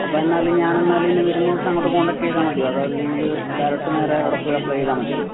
അപ്പോൾ എന്നാൽ ഞാനെന്നാൽ ഇനി വരുന്ന ദിവസം അങ്ങോട്ട് കോൺടാക്ട് ചെയ്താൽ മതിയോ അതോ അല്ലെങ്കിൽ ഡയറക്ട് നേരെ അവിടെപ്പോയി അപ്ലൈ ചെയ്താൽ മതിയോ